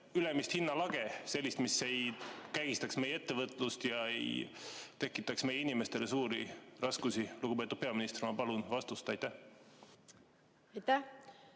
sellist hinnalage, mis ei kägistaks meie ettevõtlust ega tekitaks meie inimestele suuri raskusi? Lugupeetud peaminister, ma palun vastust. Aitäh,